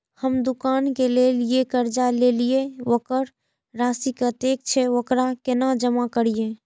हम दुकान के लेल जे कर्जा लेलिए वकर राशि कतेक छे वकरा केना जमा करिए?